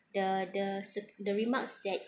the the the remarks that